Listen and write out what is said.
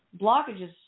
blockages